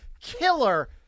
killer